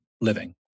living